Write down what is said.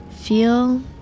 feel